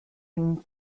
une